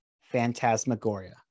Phantasmagoria